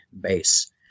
base